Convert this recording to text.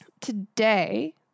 Today